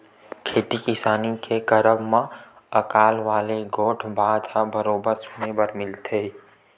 खेती किसानी के करब म अकाल वाले गोठ बात ह बरोबर सुने बर मिलथे ही